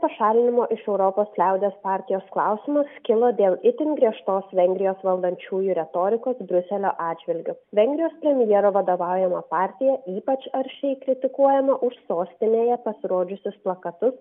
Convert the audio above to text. pašalinimo iš europos liaudies partijos klausimas kilo dėl itin griežtos vengrijos valdančiųjų retorikos briuselio atžvilgiu vengrijos premjero vadovaujama partija ypač aršiai kritikuojama už sostinėje pasirodžiusius plakatus